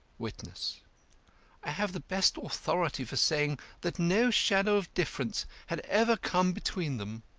witness i have the best authority for saying that no shadow of difference had ever come between them.